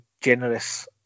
generous